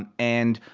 and and,